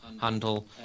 handle